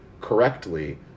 correctly